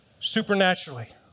Supernaturally